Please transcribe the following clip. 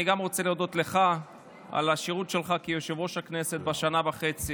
אני גם רוצה להודות לך על השירות שלך כיושב-ראש הכנסת במשך שנה וחצי,